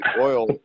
oil